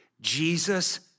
Jesus